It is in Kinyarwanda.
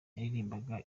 yaririmbaga